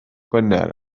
gwener